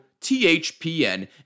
THPN